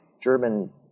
German